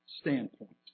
standpoint